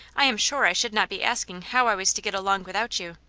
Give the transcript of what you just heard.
i am sure i should not be asking how i was to get along without you.